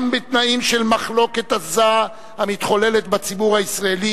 גם בתנאים של מחלוקת עזה המתחוללת בציבור הישראלי,